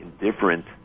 indifferent